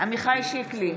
עמיחי שיקלי,